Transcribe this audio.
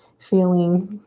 feeling